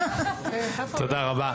תודה רבה.